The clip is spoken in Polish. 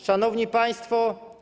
Szanowni Państwo!